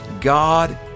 God